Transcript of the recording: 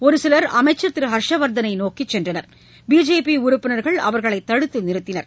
ஒரு சிலர் அமைச்சர் திரு ஹர்ஷ்வர்தனை நோக்கி சென்றனர் பிஜேபி உறுப்பினர்கள் அவர்களை தடுத்து நிறுத்தினர்